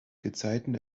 gezeiten